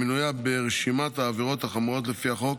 המנויה ברשימת העבירות החמורות לפי החוק.